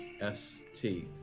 S-T